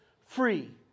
free